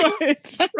right